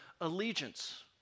allegiance